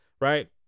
right